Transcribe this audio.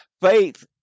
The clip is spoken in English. Faith